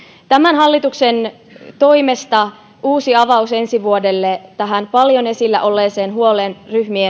tämän hallituksen toimesta uusi avaus ensi vuodelle tähän paljon esillä olleeseen huoleen